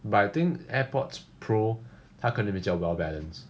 but I think AirPods Pro 它可能比较 well balanced